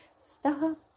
Stop